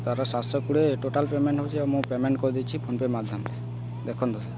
ତାର ସାତଶହ କୋଡ଼ିଏ ଟୋଟାଲ ପେମେଣ୍ଟ ହେଉଛି ଆଉଁ ପେମେଣ୍ଟ କରିଦେଇଛିି ଫୋନ୍ ପେ' ମାଧ୍ୟମରେ ଦେଖନ୍ତୁ ସାର୍